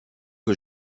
que